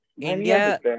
India